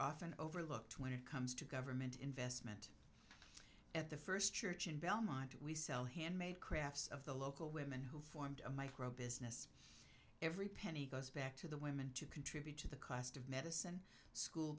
often overlooked when it comes to government investment at the first church in belmont we sell handmade crafts of the local women who formed a micro business every penny goes back to the women to contribute to the cost of medicine school